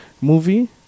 movie